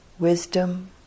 Wisdom